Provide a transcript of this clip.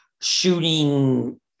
shooting